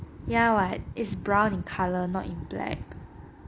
ya what is brown in colour not in black